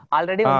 Already